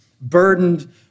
burdened